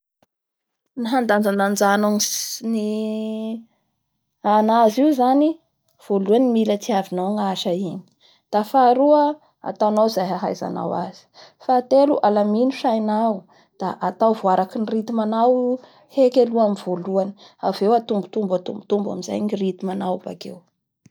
Ny handanjalanjanao ny ss- anazy io zany voalohany mila tiavinao ny asa igny. Da faha roa ataonao izay ahaiznao azy, fahatelo alamino sainao da ataovy araka ny rythme-nao hely aloha amin'ny voalohany avy eo atombotombo atombotombo amizay ny rythme-nao bakeo.